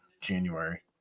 January